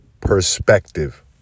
perspective